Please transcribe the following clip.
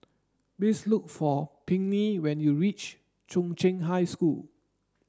please look for Pinkney when you reach Chung Cheng High School